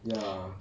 ya